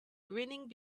grinning